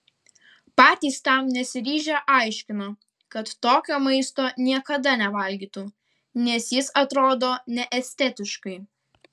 patys tam nesiryžę aiškino kad tokio maisto niekada nevalgytų nes jis atrodo neestetiškai